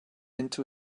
into